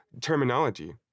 terminology